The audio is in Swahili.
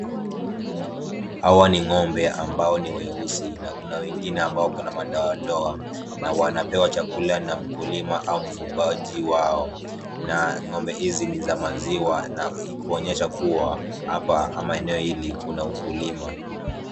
Hawa ni ng'ombe ambao ni weusi na kuna wengine ambao wakona madoadoa na wanapewa chakula na mkulima au mfugaji wao na ng'ombe hizi ni za maziwa na kuonyesha kuwa eneo hili kuna ukulima.